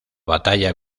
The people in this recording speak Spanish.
batalla